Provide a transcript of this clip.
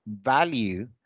value